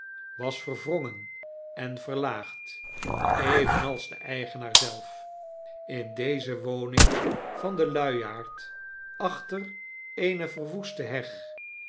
was verwrongen en verlaagd evenals de eigenaar zelf in deze woning van den luiaard achter eene verwoeste heg